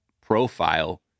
profile